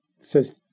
says